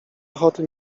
ochoty